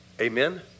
Amen